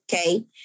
Okay